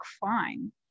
fine